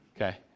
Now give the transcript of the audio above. Okay